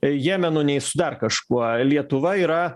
jemenu neis dar kažkuo lietuva yra